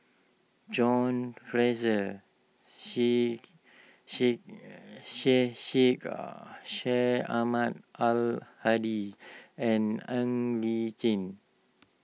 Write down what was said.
John Fraser Syed Sheikh Syed Ahmad Al Hadi and Ng Li Chin